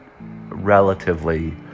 relatively